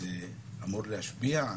זה אמור להשפיע?